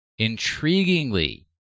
Intriguingly